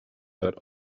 that